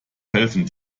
helfen